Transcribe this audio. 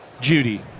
Judy